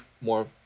more